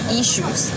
issues